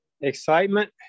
Excitement